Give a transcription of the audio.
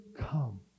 come